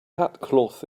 headcloth